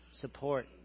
support